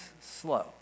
slow